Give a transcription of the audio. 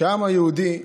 כעם היהודי,